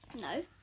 No